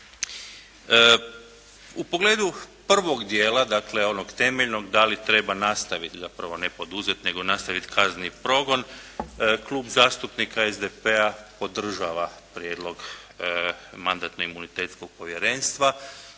U pogledu prvog dijela, dakle onog temeljnog da li treba nastaviti, zapravo ne poduzeti nego nastaviti kazneni progon Klub zastupnika SDP-a podržava prijedlog Mandatno-imunitetnog povjerenstva